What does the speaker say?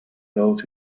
those